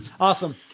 Awesome